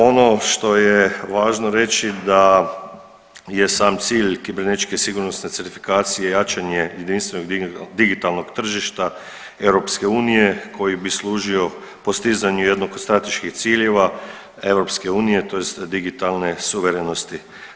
Ono što je važno reći da je sam cilj kibernetičke sigurnosne certifikacije jačanje jedinstvenog digitalnog tržišta EU koji bi služio postizanju jednog od strateških ciljeva EU, tj. digitalne suverenosti.